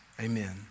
Amen